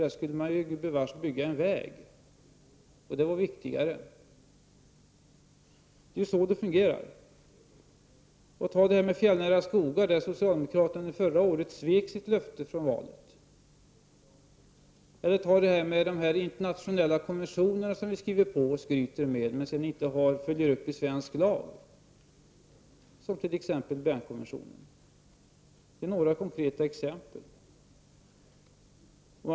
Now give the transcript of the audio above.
Där skulle man bygga en väg, vilket ansågs viktigare än att bevara området. Det är så det fungerar. I fråga om de fjällnära skogarna svek socialdemokraterna sitt vallöfte. Ytterligare en sak är de internationella konventioner som vi skriver under och skryter med men inte följer upp i svensk lag. Det gäller bl.a. Bernkonventionen. Det är några av de konkreta exempel som Jan Fransson efterlyser.